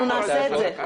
אנחנו נעשה את זה.